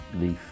Leaf